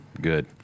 good